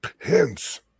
Hence